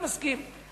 מסכים.